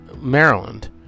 Maryland